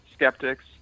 skeptics